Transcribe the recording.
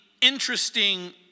interesting